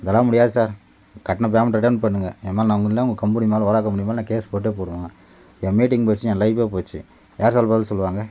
இதெல்லாம் முடியாது சார் கட்டின பேமெண்ட்டை ரிட்டன் பண்ணுங்கள் என்மேல் நான் உங்கள் கம்பெனி மேல் வழக்கு முடியுமா நான் கேஸ் போட்டு போடுவோம் என் மீட்டிங் போச்சு என் லைஃபே போச்சு யார் சார் பதில் சொல்வாங்க